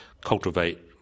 cultivate